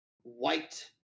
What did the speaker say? white